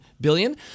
billion